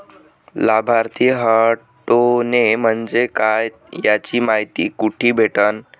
लाभार्थी हटोने म्हंजे काय याची मायती कुठी भेटन?